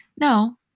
No